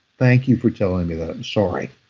thank you for telling me that. i'm sorry.